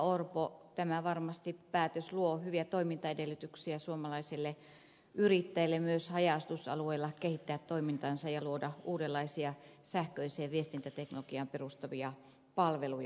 orpo tämä päätös varmasti luo hyviä toimintaedellytyksiä suomalaisille yrittäjille myös haja asutusalueilla kehittää toimintaansa ja luoda uudenlaisia sähköiseen viestintäteknologiaan perustuvia palveluja